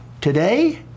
today